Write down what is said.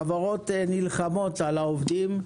חברות נלחמות על העובדים,